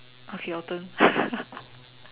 okay your turn